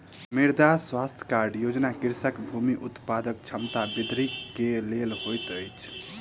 मृदा स्वास्थ्य कार्ड योजना कृषकक भूमि उत्पादन क्षमता वृद्धि के लेल होइत अछि